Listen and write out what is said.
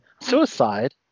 suicide